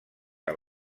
que